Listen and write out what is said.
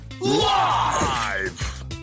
Live